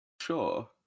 Sure